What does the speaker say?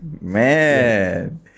man